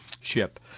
ship